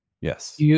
Yes